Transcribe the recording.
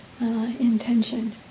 intention